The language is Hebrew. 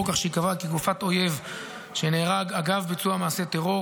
כך שייקבע כי גופת אויב שנהרג אגב ביצוע מעשה טרור